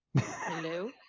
Hello